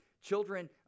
Children